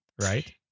right